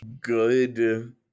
good